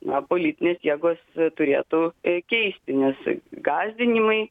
na politinės jėgos turėtų keisti nes gąsdinimai